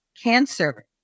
cancer